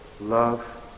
love